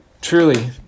Truly